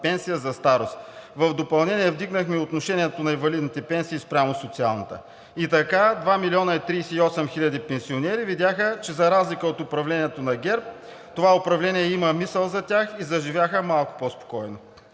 пенсия за старост. В допълнение вдигнахме отношението на инвалидните пенсии спрямо социалната. И така: 2 млн. 38 хил. пенсионери видяха, че за разлика от управлението на ГЕРБ това управление има мисъл за тях и заживяха малко по-спокойно.